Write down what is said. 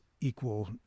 equal